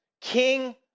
king